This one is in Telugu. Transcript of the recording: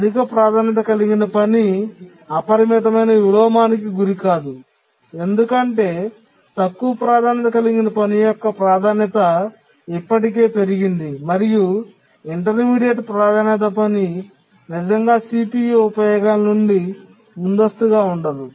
అధిక ప్రాధాన్యత కలిగిన పని అపరిమితమైన విలోమానికి గురికాదు ఎందుకంటే తక్కువ ప్రాధాన్యత కలిగిన పని యొక్క ప్రాధాన్యత ఇప్పటికే పెరిగింది మరియు ఇంటర్మీడియట్ ప్రాధాన్యత పని నిజంగా CPU ఉపయోగాల నుండి ముందస్తుగా ఉండదు